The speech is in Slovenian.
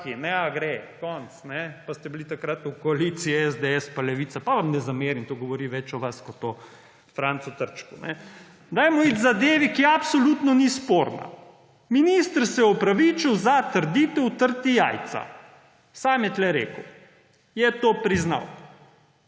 nea gre, konec. Pa ste bili takrat v koaliciji SDS pa Levica. Vam ne zamerim, to govori več o vas kot o Francu Trčku. Dajmo iti k zadevi, ki absolutno ni sporna. Minister se je opravičil za trditev »treti jajca«. Sam je tukaj rekel, je to priznal.